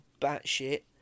batshit